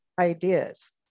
ideas